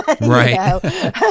right